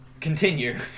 continue